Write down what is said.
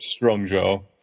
Strongjaw